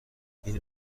این